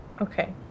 Okay